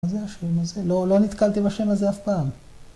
‫לא נתקלתי בשם הזה אף פעם.